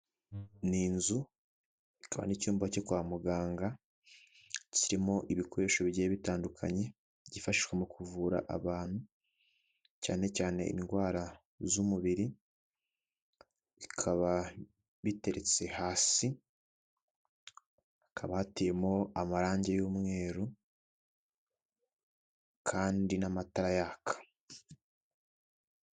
Ni inzu ikaba n'icyumba cyo kwa muganga, kirimo ibikoresho bigiye bitandukanye, byifashishwa mu kuvura abantu, cyane cyane indwara z'umubiri, bikaba biteretse hasi, hakaba hateyemo amarangi y'umweru kandi n'amatara yaka.